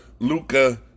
Luca